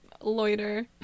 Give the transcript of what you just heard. loiter